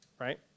right